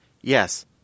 Yes